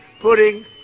putting